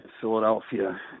Philadelphia